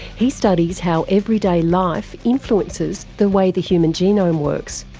he studies how everyday life influences the way the human genome works.